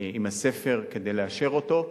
עם הספר כדי לאשר אותו.